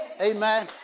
Amen